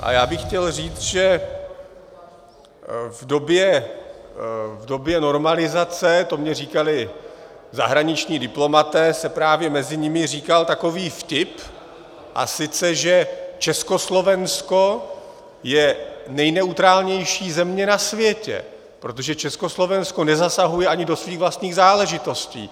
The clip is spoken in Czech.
A já bych chtěl říct, že v době normalizace, to mi říkali zahraniční diplomaté, se právě mezi nimi říkal takový vtip, a sice že Československo je nejneutrálnější země na světě, protože Československo nezasahuje ani do svých vlastních záležitostí.